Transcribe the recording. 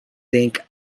think